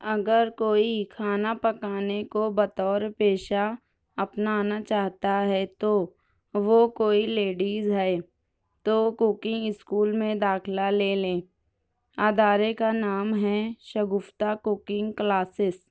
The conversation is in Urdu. اگر کوئی کھانا پکانے کو بطور پیشہ اپنانا چاہتا ہے تو وہ کوئی لیڈیز ہے تو ککنگ اسکول میں داخلہ لے لیں ادارہ کے نام ہے شگفتہ ککنگ کلاسیز